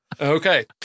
Okay